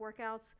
workouts